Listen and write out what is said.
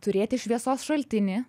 turėti šviesos šaltinį